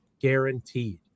guaranteed